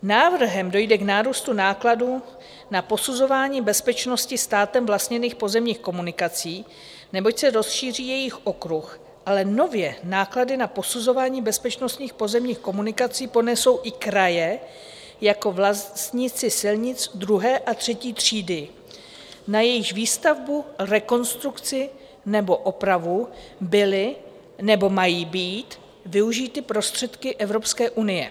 Návrhem dojde k nárůstu nákladů na posuzování bezpečnosti státem vlastněných pozemních komunikací, neboť se rozšíří jejich okruh, ale nově náklady na posuzování bezpečnosti pozemních komunikací ponesou i kraje jako vlastníci silnic druhé a třetí třídy, na jejichž výstavbu, rekonstrukci nebo opravu byly nebo mají být využity prostředky Evropské unie.